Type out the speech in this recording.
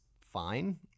fine